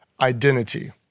identity